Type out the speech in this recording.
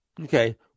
Okay